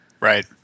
Right